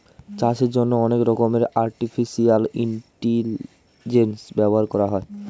চাষের জন্যে অনেক রকমের আর্টিফিশিয়াল ইন্টেলিজেন্স ব্যবহার করা হয়